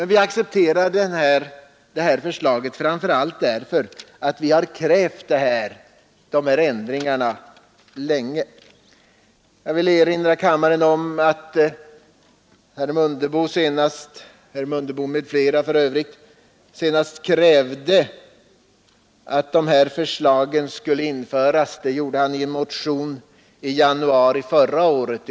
Vi accepterar emellertid det här förslaget framför allt därför att vi tidigare krävt dessa ändringar. Jag vill erinra kammaren om att herr Mundebo m.fl. motionerade i denna fråga i januari förra året.